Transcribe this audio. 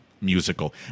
Musical